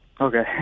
okay